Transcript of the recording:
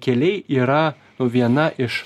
keliai yra viena iš